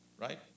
Right